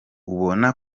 ubona